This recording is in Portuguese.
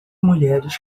mulheres